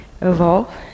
evolve